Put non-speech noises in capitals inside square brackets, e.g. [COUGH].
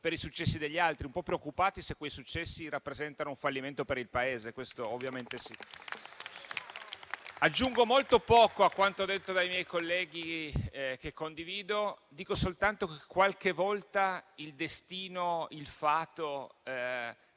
per i successi degli altri, un po' preoccupati se quei successi rappresentano un fallimento per il Paese, questo ovviamente sì. [APPLAUSE] Aggiungo molto poco a quanto detto dai miei colleghi, che condivido; dico soltanto che qualche volta il destino, il fato